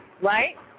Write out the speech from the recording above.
right